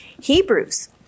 Hebrews